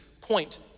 point